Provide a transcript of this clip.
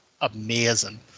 amazing